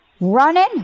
running